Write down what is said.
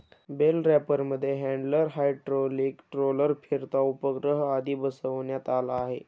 bell रॅपरमध्ये handler, hydraulic roller, फिरता उपग्रह आदी बसवण्यात आले आहे